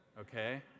okay